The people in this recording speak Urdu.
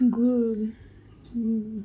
گول